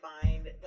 find